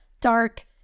dark